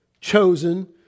chosen